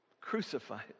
crucified